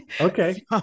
okay